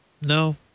No